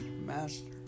Master